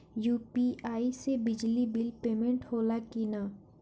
UPI से बिजली bill payment होला कि न?